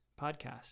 podcast